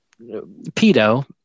pedo